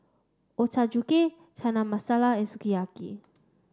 Ochazuke Chana Masala and Sukiyaki